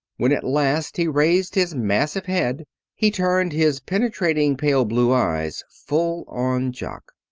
when at last he raised his massive head he turned his penetrating pale blue eyes full on jock.